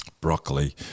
broccoli